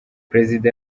perezida